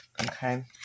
okay